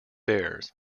bears